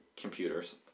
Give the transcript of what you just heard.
computers